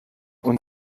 und